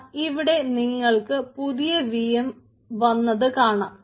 ദാ ഇവിടെ നിങ്ങൾക്ക് പുതിയ വി എം വന്നത് കാണാം